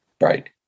Right